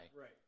Right